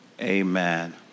Amen